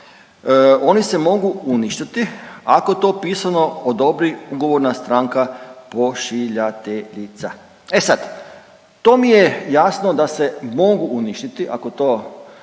oni se mogu uništiti ako to pisano odobri ugovorna stranka pošiljateljica. E sad, to mi je jasno da se mogu uništiti ako to